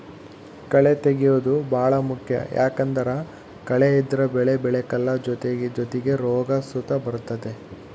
ಕಳೇ ತೆಗ್ಯೇದು ಬಾಳ ಮುಖ್ಯ ಯಾಕಂದ್ದರ ಕಳೆ ಇದ್ರ ಬೆಳೆ ಬೆಳೆಕಲ್ಲ ಜೊತಿಗೆ ರೋಗ ಸುತ ಬರ್ತತೆ